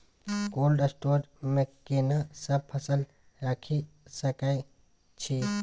Cold store मे केना सब फसल रखि सकय छी?